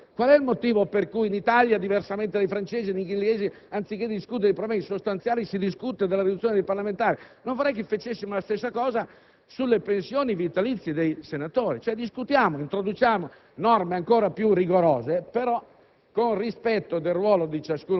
identica a quella del nostro Paese. Qual è il motivo per cui in Italia, diversamente dai francesi e dagli inglesi, anziché discutere di problemi sostanziali si discute della riduzione del numero dei parlamentari? Non vorrei che si facesse lo stesso sulle pensioni vitalizie dei senatori. Discutiamone, introduciamo norme ancora più rigorose, ma